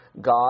God